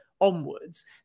onwards